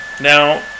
Now